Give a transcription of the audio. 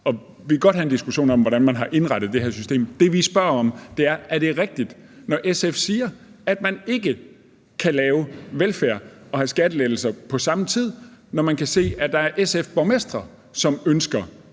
og vi vil godt have en diskussion af, hvordan man har indrettet det her system, men det, vi spørger om, er, om det er rigtigt, når SF siger, at man ikke kan lave velfærd og have skattelettelser på samme tid, når man kan se, at der er SF-borgmestre, som ønsker